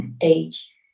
age